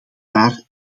daar